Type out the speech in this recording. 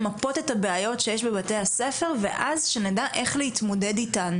למפות את הבעיות שיש בבתי הספר ואז שנדע איך להתמודד איתן,